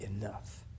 Enough